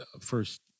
first